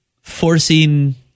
forcing